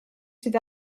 sydd